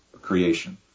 creation